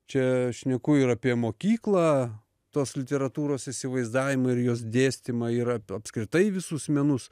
čia šneku ir apie mokyklą tos literatūros įsivaizdavimą ir jos dėstymą ir apskritai visus menus